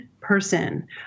person